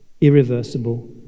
irreversible